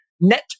net